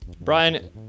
Brian